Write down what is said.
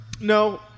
No